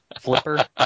flipper